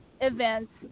events